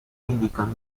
indicano